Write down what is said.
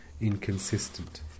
inconsistent